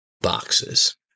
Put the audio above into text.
boxes